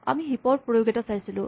আমি হিপ ৰ প্ৰয়োগ এটা চাইছিলোঁ